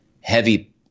heavy –